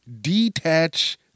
detach